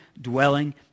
dwelling